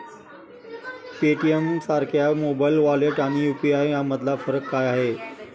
पेटीएमसारख्या mobile wallet आणि UPI यामधला फरक काय आहे?